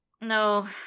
No